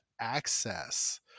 access